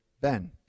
Ben